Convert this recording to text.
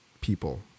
people